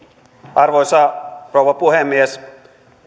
arvoisa rouva puhemies